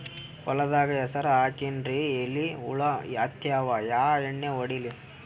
ಹೊಲದಾಗ ಹೆಸರ ಹಾಕಿನ್ರಿ, ಎಲಿ ಹುಳ ಹತ್ಯಾವ, ಯಾ ಎಣ್ಣೀ ಹೊಡಿಲಿ?